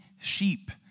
sheep